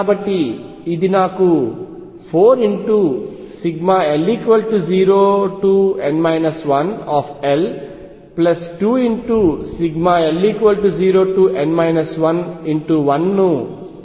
కాబట్టి ఇది నాకు 4l0n 1l2l0n 11 ను ఇస్తుంది